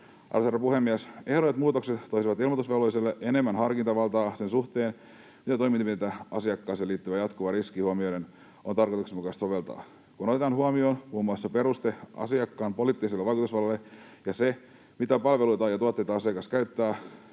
Arvoisa herra puhemies! Ehdotetut muutokset toisivat ilmoitusvelvolliselle enemmän harkintavaltaa sen suhteen, mitä toimenpiteitä asiakkaaseen liittyvä jatkuva riski huomioiden on tarkoituksenmukaista soveltaa, kun otetaan huomioon muun muassa peruste asiakkaan poliittiselle vaikutusvallalle ja se, mitä palveluita ja tuotteita asiakas käyttää,